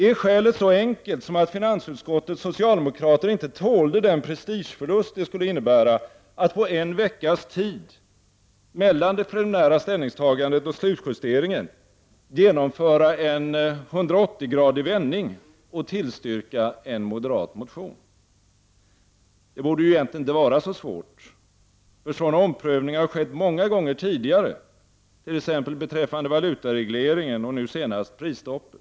Är skälet så enkelt som att finansutskottets socialdemokrater inte tålde den prestigeförlust det skulle innebära att på en veckas tid mellan det preliminära ställningstagandet och slutjusteringen genomföra en 180-gradig vändning och tillstyrka en moderat motion? Det borde ju egentligen inte vara så svårt, för sådana omprövningar har skett många gånger tidigare, t.ex. beträffande valutaregleringen och nu senast prisstoppet.